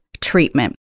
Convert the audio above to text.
treatment